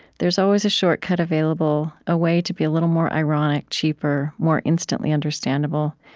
there's always a shortcut available, a way to be a little more ironic, cheaper, more instantly understandable.